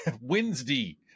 Wednesday